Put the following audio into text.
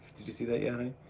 did you see that yet, and